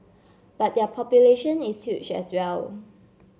but their population is huge as well